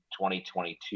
2022